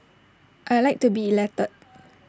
I Like to be elected